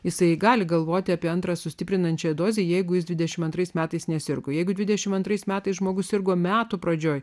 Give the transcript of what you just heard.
jisai gali galvoti apie antrą sustiprinančią dozę jeigu jis dvidešimt antrais metais nesergu jeigu dvidešimt antrais metais žmogus sirgo metų pradžioje